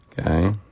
Okay